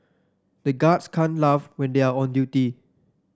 the guards can't laugh when they are on duty